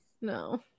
No